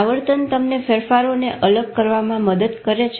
આવર્તન તમને ફેરફારોને અલગ કરવામાં મદદ કરે છે